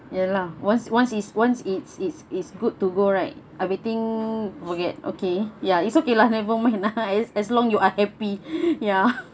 ya lah once once it's once it's it's it's good to go right everything will get okay ya it's okay lah never mind lah as long you are happy ya